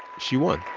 she won